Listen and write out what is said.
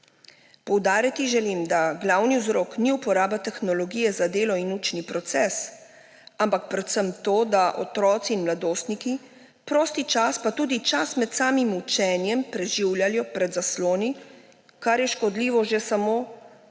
Poudariti želim, da glavni vzrok ni uporaba tehnologije za delo in učni proces, ampak predvsem to, da otroci in mladostniki prosti čas, pa tudi čas med samim učenjem preživljajo pred zasloni, kar je škodljivo že za samo zdravje